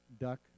duck